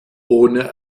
ohne